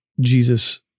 Jesus